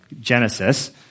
Genesis